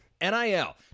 NIL